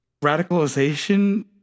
radicalization